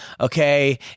Okay